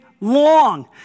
long